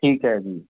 ਠੀਕ ਹੈ ਜੀ